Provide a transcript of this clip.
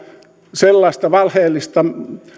sellaista valheellista